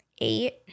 eight